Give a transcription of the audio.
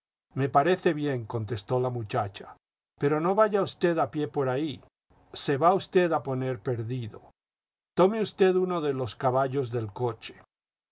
me parece bien contestó la muchacha pero no vaya usted a pie por ahí se va usted a poner perdido tome usted uno de los caballos del coche